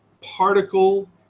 Particle